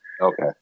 Okay